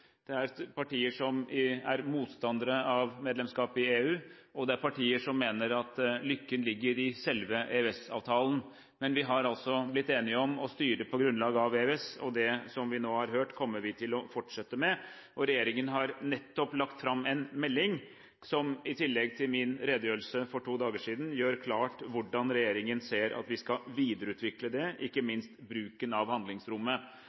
det er partier som er motstandere av medlemskap i EU, og det er partier som mener at lykken ligger i selve EØS-avtalen. Men vi har altså blitt enige om å styre på grunnlag av EØS, og det som vi nå har hørt, kommer vi til å fortsette med. Regjeringen har nettopp lagt fram en melding som – i tillegg til min redegjørelse for to dager siden – gjør det klart hvordan regjeringen mener vi skal videreutvikle dette, ikke minst bruken av handlingsrommet.